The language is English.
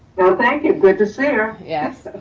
thank you. good to see her. yes.